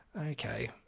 okay